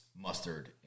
mustard